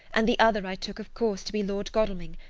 and the other i took, of course, to be lord godalming.